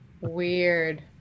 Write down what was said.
Weird